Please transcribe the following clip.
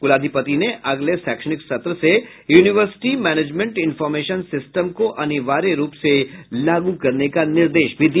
कुलाधिपति ने अगले शैक्षणिक सत्र से यूनिवर्सिटी मैनेजमेंट इंफॉरमेशन सिस्टम को अनिवार्य रूप से लागू करने का निर्देश भी दिया